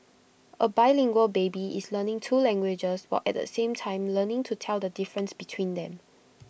A bilingual baby is learning two languages while at the same time learning to tell the difference between them